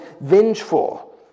vengeful